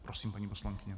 Prosím, paní poslankyně.